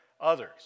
others